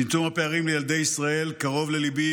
צמצום הפערים לילדי ישראל קרוב לליבי,